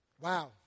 Wow